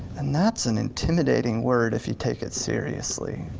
and that's an intimidating word if you take it seriously.